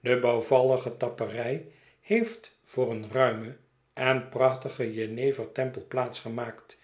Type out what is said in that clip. de bouwvallige tapperij heeft voor een ruimen en prachtigen jenevertempel plaats gemaakt